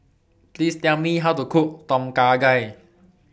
Please Tell Me How to Cook Tom Kha Gai